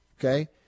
Okay